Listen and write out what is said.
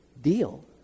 deal